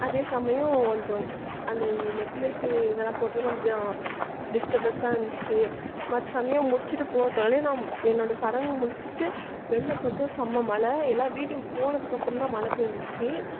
அதே சமயம் கொஞ்சம் அந்த நெக்லஸ்ஸு இதெல்லாம் போட்டு கொஞ்சம் டிஸ்டபஸ்ஸாக இந்துச்சி மற்ற சமயம் முடிச்சிட்டு போகிறத்துக்குள்ளே நம் என்னோடய சடங்கு முடிச்சிட்டு வெளியில் பார்த்தா செம்ம மழை எல்லா வீட்டுக்கு போனதுக்கப்புறந்தான் மழை பெஞ்சிச்சி